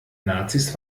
nazis